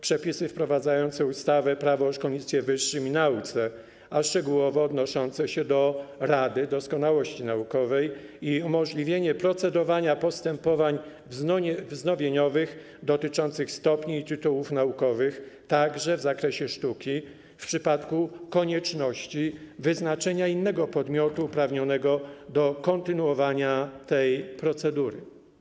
Przepisy wprowadzające ustawę - Prawo o szkolnictwie wyższym i nauce, a szczegółowo odnoszące się do Rady Doskonałości Naukowej i umożliwienia procedowania postępowań wznowieniowych dotyczących stopni i tytułów naukowych, także w zakresie sztuki, w przypadku konieczności wyznaczenia innego podmiotu uprawnionego do kontynuowania tej procedury.